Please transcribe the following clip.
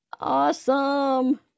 Awesome